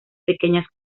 pequeñas